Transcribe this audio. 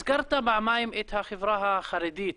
הזכרת פעמיים את החברה החרדית.